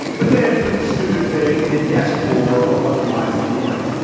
but then put the stupid thing in a desk drawer or otherwise ignore it.